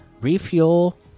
Refuel